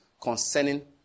concerning